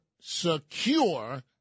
secure